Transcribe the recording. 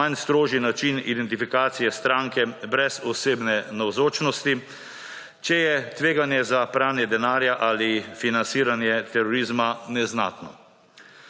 manj strožji način identifikacije stranke brez osebne navzočnosti, če je tveganje za pranje denarja ali financiranje terorizma neznatno.